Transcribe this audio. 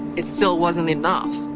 it still wasn't enough.